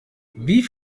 wie